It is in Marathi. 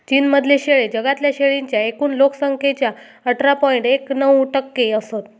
चीन मधले शेळे जगातल्या शेळींच्या एकूण लोक संख्येच्या अठरा पॉइंट एक नऊ टक्के असत